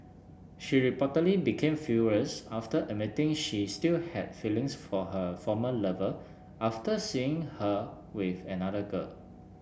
she reportedly became furious after admitting she still had feelings for her former lover after seeing her with another girl